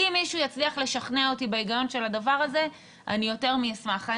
אם מישהו יצליח לשכנע אותי בהיגיון של הדבר הזה אני יותר מאשמח.